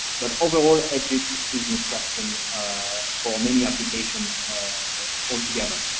but overall, egypt is interesting for many applications altogether.